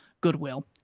goodwill